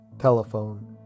telephone